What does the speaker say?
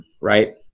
right